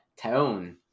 tone